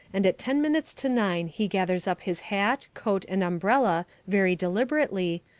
and at ten minutes to nine he gathers up his hat, coat, and umbrella very deliberately,